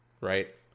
right